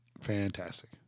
Fantastic